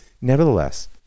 Nevertheless